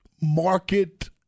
Market